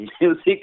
music